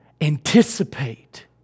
anticipate